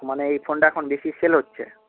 মানে এই ফোনটা এখন বেশি সেল হচ্ছে